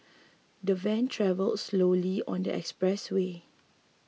the van travelled slowly on the expressway